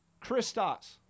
Christos